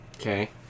Okay